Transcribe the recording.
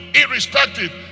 irrespective